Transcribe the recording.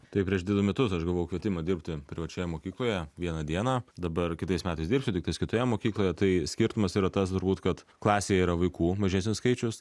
tai prieš du metus aš gavau kvietimą dirbti privačioje mokykloje vieną dieną dabar kitais metais dirbsiu tiktais kitoje mokykloje tai skirtumas yra tas turbūt kad klasėje yra vaikų mažesnis skaičius